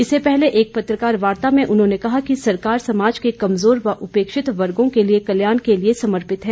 इससे पहले एक पत्रकार वार्ता में उन्होंने कहा है कि सरकार समाज के कमजोर व उपेक्षित वर्गो के लिए कल्याण के लिए समर्पित है